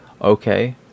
okay